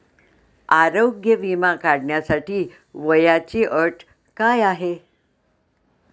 आरोग्य विमा काढण्यासाठी वयाची अट काय आहे?